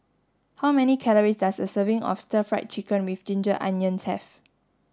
how many calories does a serving of stir fried chicken with ginger onions have